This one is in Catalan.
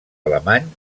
alemany